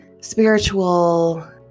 spiritual